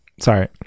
Sorry